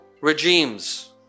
regimes